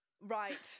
Right